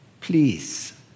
please